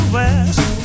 west